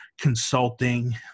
consulting